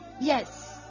Yes